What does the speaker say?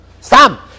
Stop